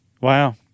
Wow